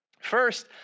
First